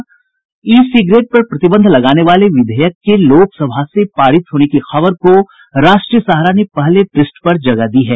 ई cigarette पर प्रतिबंध लगाने वाले विधेयक के लोक सभा से पारित होने की खबर को राष्ट्रीय सहारा पहले पृष्ठ पर जगह दी है